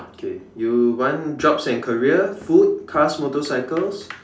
okay you want jobs and careers food cars motorcycles